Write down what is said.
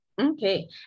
Okay